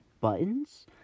buttons